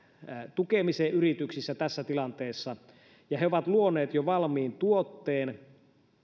tukemiseen yrityksissä tässä tilanteessa he ovat luoneet jo valmiin tuotteen